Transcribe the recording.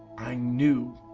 i knew,